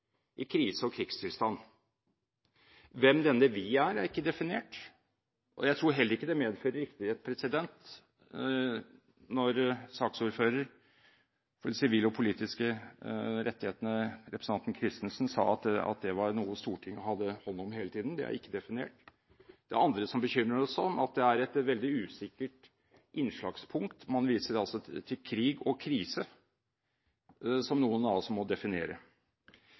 i krise- og krigstilstand. Hvem denne «vi» er, er ikke definert. Jeg tror heller ikke det medfører riktighet når saksordføreren for de sivile og politiske rettighetene, representanten Christensen, sa at det var noe Stortinget hadde hånd om hele tiden; det er ikke definert. Det andre som bekymrer oss, er at det er et veldig usikkert innslagspunkt. Man viser altså til krig og krise, som noen altså må definere.